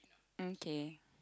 okay